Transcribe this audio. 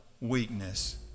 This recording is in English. weakness